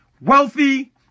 wealthy